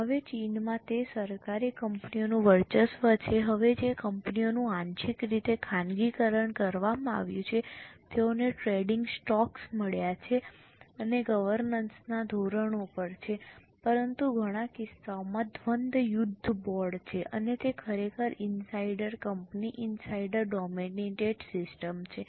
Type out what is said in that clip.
હવે ચીનમાં તે સરકારી કંપનીઓનું વર્ચસ્વ છે હવે જે કંપનીઓનું આંશિક રીતે ખાનગીકરણ કરવામાં આવ્યું છે તેઓને ટ્રેડિંગ સ્ટોક્સ મળ્યા છે અને ગવર્નન્સના ધોરણો પણ છે પરંતુ ઘણા કિસ્સાઓમાં દ્વંદ્વયુદ્ધ બોર્ડ છે અને તે ખરેખર insider company insider dominated system છે